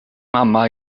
mamma